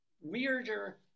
weirder